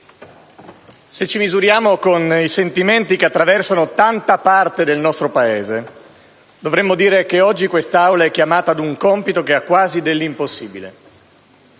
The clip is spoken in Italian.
se ci misuriamo con i sentimenti che attraversano tanta parte del nostro Paese, dovremmo dire che oggi quest'Aula è chiamata ad un compito che ha quasi dell'impossibile.